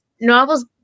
novels